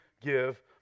give